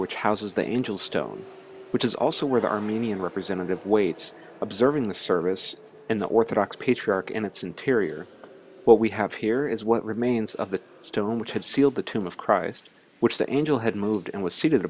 which houses the angel stone which is also where the armenian representative waits observing the service and the orthodox patriarch in its interior what we have here is what remains of the stone which had sealed the tomb of christ which the angel had moved and was seated